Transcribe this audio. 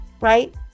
right